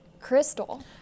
crystal